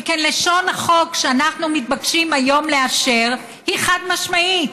שכן לשון החוק שאנחנו מתבקשים היום לאשר היא חד-משמעית.